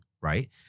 right